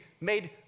made